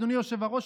אדוני היושב-ראש,